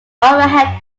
overhead